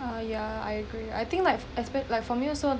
ah yeah I agree I think like expect like for me also